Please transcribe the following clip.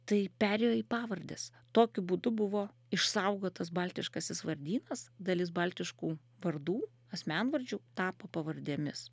tai perėjo į pavardes tokiu būdu buvo išsaugotas baltiškasis vardynas dalis baltiškų vardų asmenvardžių tapo pavardėmis